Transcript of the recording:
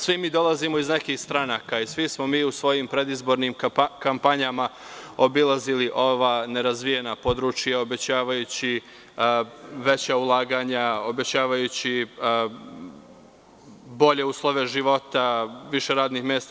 Svi dolazimo iz nekih stranaka i svi smo mi u svojim predizbornim kampanjama obilazili ova nerazvijena područja, obećavajući veća ulaganja, obećavajući bolje uslove života, više radnih mesta.